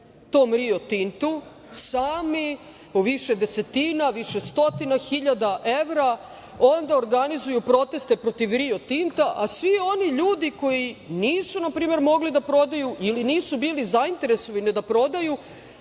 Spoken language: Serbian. tom „Rio Tintu“ sami u više desetina, više stotina hiljada evra, onda organizuju proteste protiv „Rio Tinta“, a svi oni ljudi koji nisu npr. mogli da prodaji ili nisu bili zainteresovani da prodaju